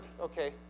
Okay